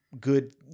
good